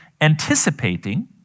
anticipating